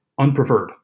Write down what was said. unpreferred